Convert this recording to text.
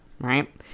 right